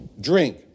drink